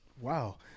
Wow